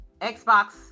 Xbox